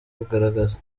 kugaragaza